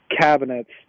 cabinets